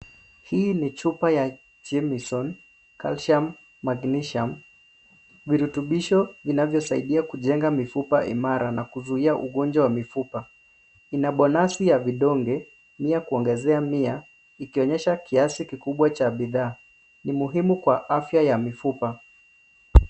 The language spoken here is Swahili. Hii ni chupa ya Jemiesin Calcium Magnesium, virutubisho vinavyosaidia kujenga mifupa imara a kuzuia ugonjwa wa mifupa. Kuna bonasi ya vidonge mia kuongezea mia ikionyesha kiasi kikubwa cha bidhaa, ni muhimu kwa afya ya mifupa.